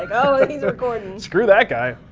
and oh, he's recordin'. screw that guy.